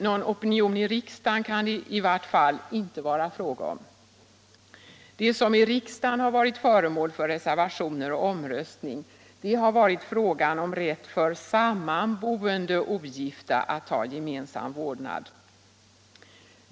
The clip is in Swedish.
Någon opinion i riksdagen kan det i varje fall inte vara fråga om. Det som i riksdagen varit föremål för reservationer och omröstning har varit frågan om rätt för sammanboende ogifta att ha gemensam vårdnad.